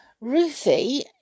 Ruthie